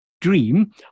dream